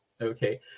Okay